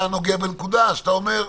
אתה נוגע בנקודה שאתה אומר: